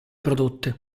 prodotte